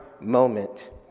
moment